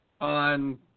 on